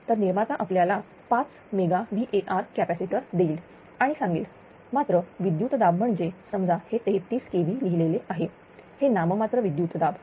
तर निर्माता आपल्याला 5 मेगा VAr कॅपॅसिटर देईल आणि सांगेल मात्र विद्युत दाब म्हणजे समजा हे 33 kV लिहिलेले आहे हे नाम मात्र विद्युत् दाब